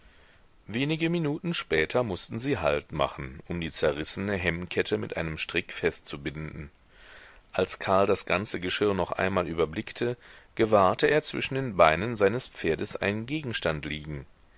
wenige minuten später mußten sie halt machen um die zerrissene hemmkette mit einem strick festzubinden als karl das ganze geschirr noch einmal überblickte gewahrte er zwischen den beinen seines pferdes einen gegenstand liegen